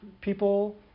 people